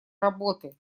работы